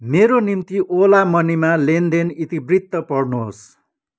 मेरो निम्ति ओला मनीमा लेनदेन इतिवृत्त पढ्नुहोस्